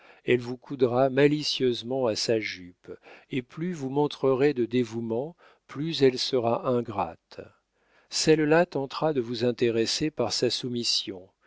elle vous coudra malicieusement à sa jupe et plus vous montrerez de dévouement plus elle sera ingrate celle-là tentera de vous intéresser par sa soumission